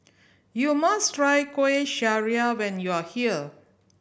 you must try Kueh Syara when you are here